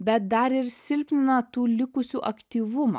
bet dar ir silpnina tų likusių aktyvumą